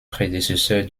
prédécesseur